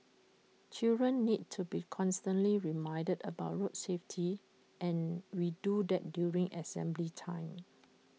children need to be constantly reminded about road safety and we do that during assembly time